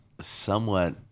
Somewhat